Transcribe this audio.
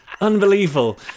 Unbelievable